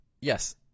Yes